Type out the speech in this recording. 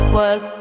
work